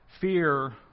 Fear